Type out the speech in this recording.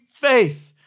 faith